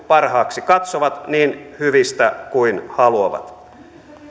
parhaaksi katsovat niin hyvistä kuin haluavat